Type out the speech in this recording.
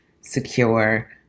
secure